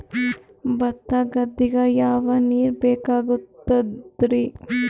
ಭತ್ತ ಗದ್ದಿಗ ಯಾವ ನೀರ್ ಬೇಕಾಗತದರೀ?